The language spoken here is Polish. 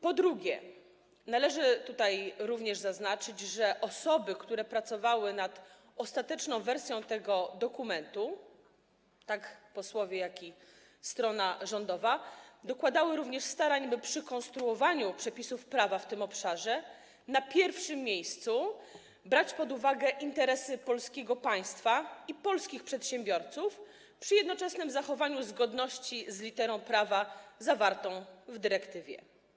Ponadto należy tutaj również zaznaczyć, że osoby, które pracowały nad ostateczną wersją tego dokumentu - zarówno posłowie, jak i strona rządowa - dokładały również starań, by przy konstruowaniu przepisów prawa w tym obszarze na pierwszym miejscu brać pod uwagę interesy polskiego państwa i polskich przedsiębiorców, a jednocześnie zachować zgodność z literą prawa zawartego w dyrektywie.